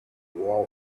wall